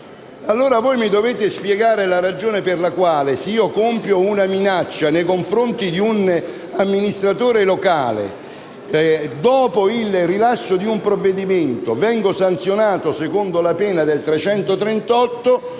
un atto». Mi dovete spiegare la ragione per la quale se io compio una minaccia nei confronti di un amministratore locale dopo il rilascio di un provvedimento vengo sanzionato secondo la pena prevista